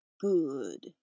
good